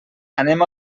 anem